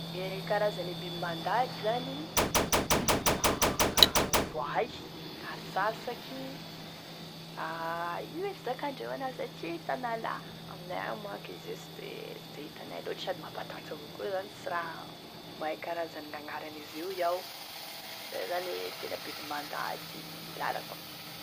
Gne karazane biby mandady zany: voay, kasasaky, da ino moa e fizakandreo an'azy aty tanalahy, aminay agny manko izy io tsy de hitanay loatry sady mampatahotry avao koa sa tsy raha mahay karazan'agnaran'izy io iaho, izay zany e tena biby mandady lalako.